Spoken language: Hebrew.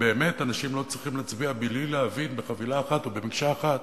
ובאמת אנשים לא צריכים להצביע בחבילה אחת ובמקשה אחת